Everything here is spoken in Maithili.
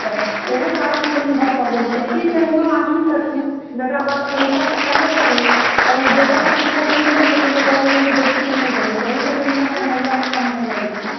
तब ओहू कारणसँ नहि पढ़ि पाबै छै किछु एहनो आदमी छथिन जकरा पास पैसा छेबौ करै तऽ ओ बेटाके शिक्षा दयो दै छथिन तऽ कहै छथिन बेटीके नहि देबै तऽ ओहूसँ जनसङ्ख्या महिलामे कम भए जाइ छै